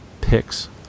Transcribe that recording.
Picks